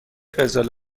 قزل